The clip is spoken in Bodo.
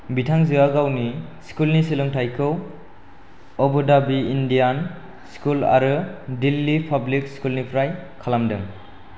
बिथांजोया गावनि स्कुलनि सोलोंथायखौ अबु धाबि इण्डियान स्कुल आरो दिल्ली पाब्लिक स्कुलनिफ्राय खालामदों